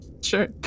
Sure